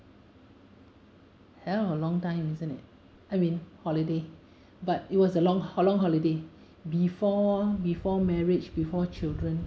hell of a long time isn't it I mean holiday but it was a long a long holiday before before marriage before children